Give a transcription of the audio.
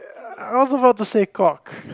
I I was about to say cock